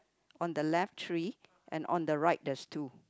on the left tree and on the right there's two